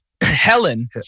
Helen